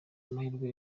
mahirwe